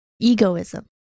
Egoism